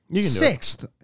Sixth